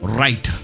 right।